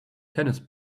tennis